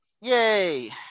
yay